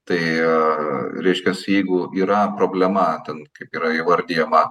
tai reiškiasi jeigu yra problema ten kaip yra įvardijama